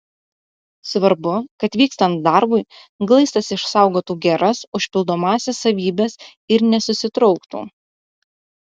svarbu kad vykstant darbui glaistas išsaugotų geras užpildomąsias savybes ir nesusitrauktų